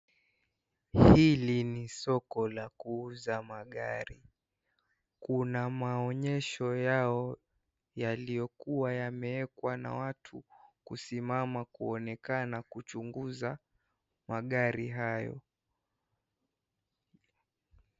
Hili ni soko la kuuza magari. Kuna maonyesho yao, yaliyokuwa yamewekwa na watu, kusimama kuonekana na kuchunguza magari hayo.